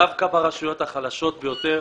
דווקא ברשויות החלשות ביותר,